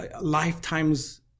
lifetimes